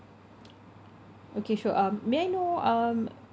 okay sure um may I know um